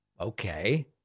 Okay